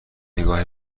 نگاهی